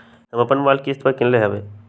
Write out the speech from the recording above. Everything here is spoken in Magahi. हम अप्पन मोबाइल किस्ते पर किन लेलियइ ह्बे